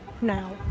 now